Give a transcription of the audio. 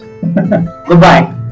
Goodbye